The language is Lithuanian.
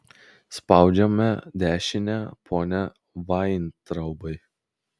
spaudžiame dešinę pone vaintraubai